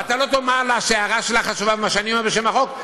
אתה לא תאמר לה שההערה שלך חשובה ממה שאני אומר על הצעת החוק.